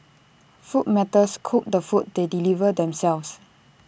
food matters cook the food they deliver themselves